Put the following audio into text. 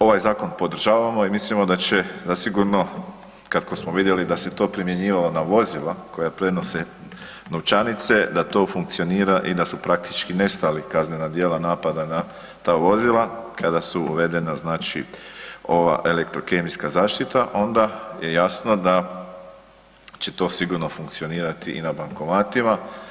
Ovaj zakon podržavamo i mislimo da će zasigurno kako smo vidjeli da se to primjenjivalo na vozila koja prenose novčanice da to funkcionira i da su praktički nestali kaznena djela napada na ta vozila kada su uvedena znači ova elektrokemijska zaštita onda je jasno da će to sigurno funkcionirati i na bankomatima.